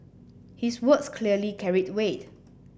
his words clearly carried weight